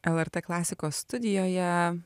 lrt klasikos studijoje